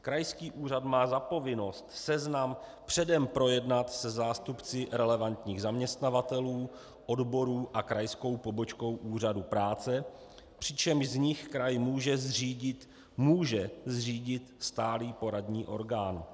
Krajský úřad má za povinnost seznam předem projednat se zástupci relevantních zaměstnavatelů, odborů a krajskou pobočkou Úřadu práce, přičemž z nich kraj může zřídit může zřídit stálý poradní orgán.